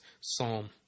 psalm